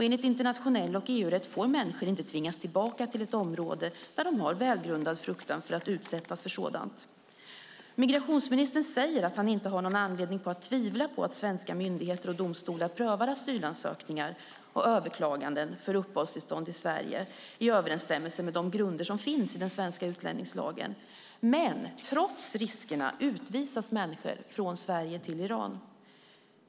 Enligt internationell rätt och EU-rätt får människor inte tvingas tillbaka till ett område där de har en välgrundad fruktan för att utsättas för detta. Migrationsministern säger att han inte har någon anledning att tvivla på att svenska myndigheter och domstolar prövar asylansökningar och överklaganden för uppehållstillstånd i Sverige i överensstämmelse med de grunder som finns i den svenska utlänningslagen. Men trots riskerna utvisas människor från Sverige till Iran.